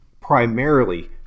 primarily